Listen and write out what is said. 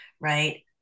right